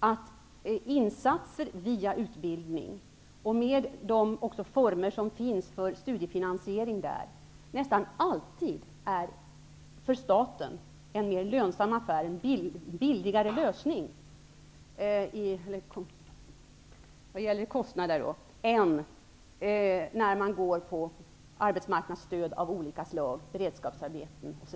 att insatser via utbildning och med de former av studiefinansiering som finns nästan alltid är en mer lönsam affär för staten -- en billigare lösning kostnadsmässigt -- jämfört med arbetsmarknadsstöd av olika slag, t.ex.